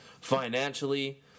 financially